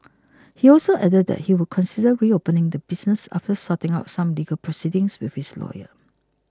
he also added that he would consider reopening the business after sorting out some legal proceedings with his lawyer